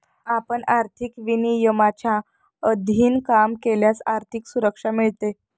आपण आर्थिक विनियमांच्या अधीन काम केल्यास आर्थिक सुरक्षा मिळते